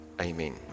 Amen